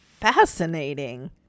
fascinating